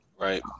Right